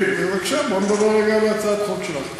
בבקשה, בואו נדבר רגע על הצעת החוק שלך.